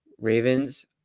Ravens